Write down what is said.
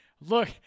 look